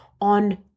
on